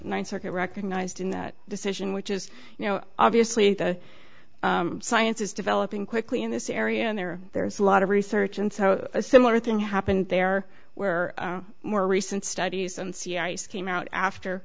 ninth circuit recognized in that decision which is you know obviously the science is developing quickly in this area and there are there is a lot of research and so a similar thing happened there where more recent studies on sea ice came out after